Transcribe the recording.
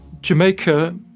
Jamaica